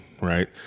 right